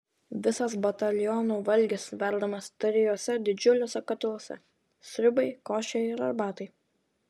visas bataliono valgis verdamas trijuose didžiuliuose katiluose sriubai košei ir arbatai